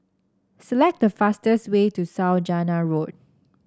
select the fastest way to Saujana Road